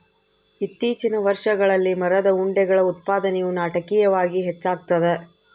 ಇತ್ತೀಚಿನ ವರ್ಷಗಳಲ್ಲಿ ಮರದ ಉಂಡೆಗಳ ಉತ್ಪಾದನೆಯು ನಾಟಕೀಯವಾಗಿ ಹೆಚ್ಚಾಗ್ತದ